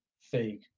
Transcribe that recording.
fake